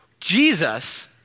Jesus